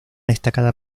destacada